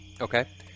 Okay